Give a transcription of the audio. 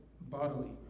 bodily